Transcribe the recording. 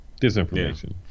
disinformation